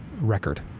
record